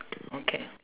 okay